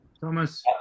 Thomas